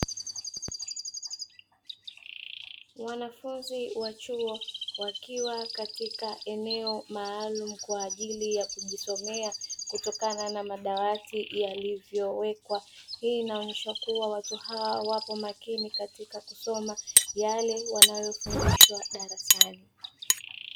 Wanafunzi wa chuo wakiwa katika eneo maalumu kwa ajili ya kujisomea kutokana na madawati yalivyowekwa. Hii inaonesha kuwa watu hawa wapo makini katika kusoma yale wanayofundishwa darasani.